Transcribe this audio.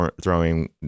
throwing